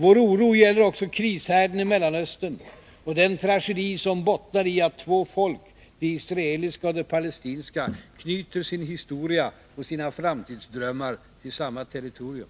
Vår oro gäller också krishärden i Mellanöstern och den tragedi som bottnari att två folk, det israeliska och det palestinska, knyter sin historia och sina framtidsdrömmar till samma territorium.